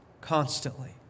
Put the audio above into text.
constantly